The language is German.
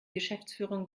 geschäftsführung